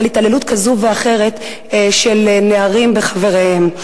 להתעללות כזאת או אחרת של נערים בחבריהם.